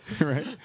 Right